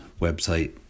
website